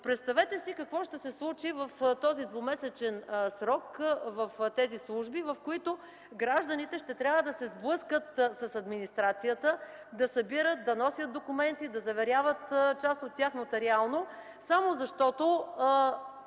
Представете си какво ще се случи в този двумесечен срок в тези служби, в които гражданите ще трябва да се сблъскат с администрацията, да събират, да носят документи, да заверяват част от тях нотариално, само защото